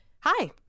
Hi